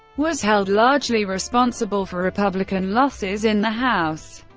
was held largely responsible for republican losses in the house.